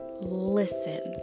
Listen